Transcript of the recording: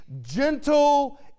gentle